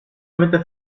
avete